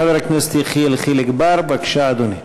חבר הכנסת יחיאל חיליק בר, בבקשה, אדוני.